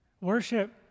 Worship